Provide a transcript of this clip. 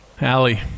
Allie